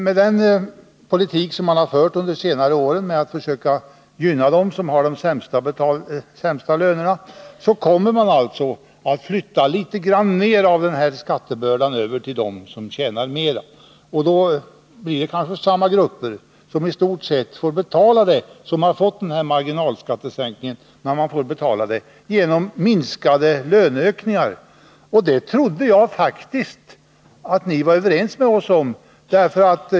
Med den politik man har fört under senare år, genom att försöka gynna dem som har de sämsta lönerna, kommer man alltså att flytta över litet mer av denna skattebörda på dem som tjänar mera. Det kanske blir samma grupper som har fått denna marginalskattesänkning som i stort sett får betala detta genom minskade löneökningar. Och jag trodde faktiskt att ni var överens med oss om det.